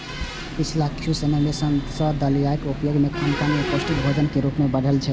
पिछला किछु समय सं दलियाक उपयोग खानपान मे पौष्टिक भोजनक रूप मे बढ़लैए